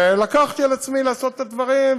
ולקחתי על עצמי לעשות את הדברים,